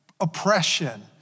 oppression